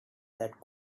that